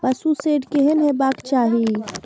पशु शेड केहन हेबाक चाही?